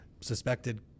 suspected